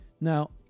Now